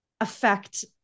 affect